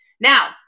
Now